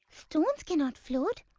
stones cannot float.